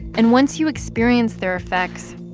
and once you experience their effects,